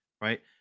right